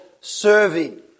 serving